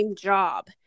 job